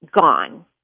gone